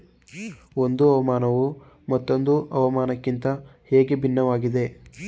ಒಂದು ಹವಾಮಾನವು ಮತ್ತೊಂದು ಹವಾಮಾನಕಿಂತ ಹೇಗೆ ಭಿನ್ನವಾಗಿದೆ?